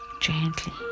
Gently